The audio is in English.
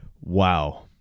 wow